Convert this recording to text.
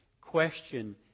question